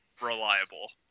reliable